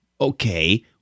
Okay